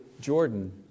Jordan